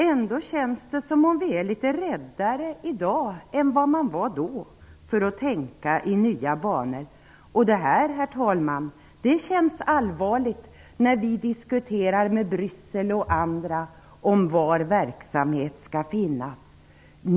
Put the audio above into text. Ändå känns det som om vi är litet räddare i dag än vad man var då för att tänka i nya banor. Herr talman! Detta är allvarligt när vi diskuterar t.ex. med dem i Bryssel om var verksamhet skall finnas.